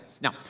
Now